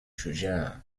شجاع